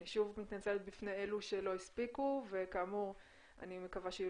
אני שוב מתנצלת בפני אלה שלא הספיקו וכאמור אני מקווה שיהיו